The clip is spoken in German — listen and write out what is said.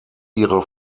ihre